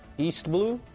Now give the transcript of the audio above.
east blue,